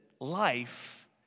life